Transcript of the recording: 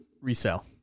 resell